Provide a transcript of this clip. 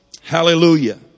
hallelujah